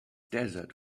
desert